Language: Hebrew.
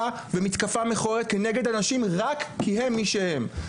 ומתקפה מכוערת כנגד אנשים רק כי הם מי שהם.